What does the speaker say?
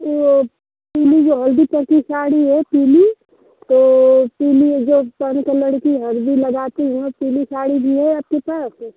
वो पीली जो हल्दी चढ़ती साड़ी है पीली तो पीली जो साड़ी पर लड़की हल्दी लगाती है वह पीली साड़ी भी है आपके पास